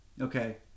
Okay